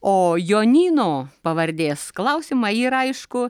o jonyno pavardės klausimą ir aišku